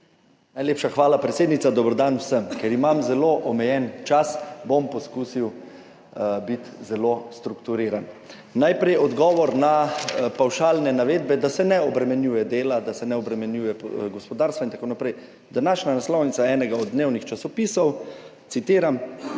Najlepša hvala, predsednica. Dober dan vsem! Ker imam zelo omejen čas, bom poskusil biti zelo strukturiran. Najprej odgovor na pavšalne navedbe, da se ne obremenjuje dela, da se ne obremenjuje gospodarstva in tako naprej. Današnja naslovnica enega od dnevnih časopisov, citiram: